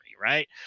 right